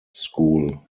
school